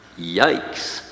yikes